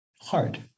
hard